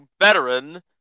veteran